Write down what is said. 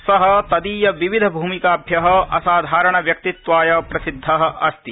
स तदीय विविध भूमिकाभ्य असाधारण व्यक्तित्वाय प्रसिद्ध अस्ति